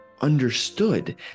understood